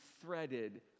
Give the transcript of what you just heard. threaded